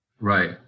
Right